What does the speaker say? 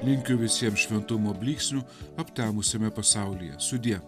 linkiu visiems šventumo blyksnių aptemusiame pasaulyje sudie